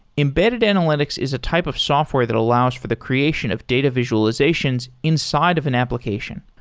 embedded analytics is a type of software that allows for the creation of data visualizations inside of an application.